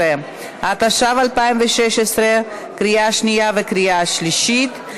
16), התשע"ו 2016, קריאה שנייה וקריאה שלישית.